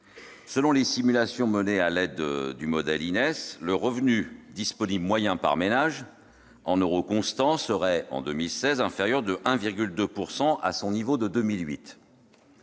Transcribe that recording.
selon les simulations menées à l'aide du modèle Ines, le revenu disponible moyen par ménage, en euros constants, serait, en 2016, inférieur de 1,2 % à son niveau de 2008.